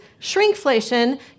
Shrinkflation